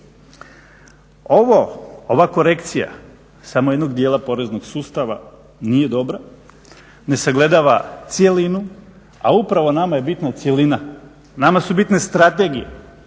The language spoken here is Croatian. ova korekcija samo jednog dijela poreznog sustava nije dobra, ne sagledava cjelinu, a upravo nama je bitna cjelina. Nama su bitne strategije,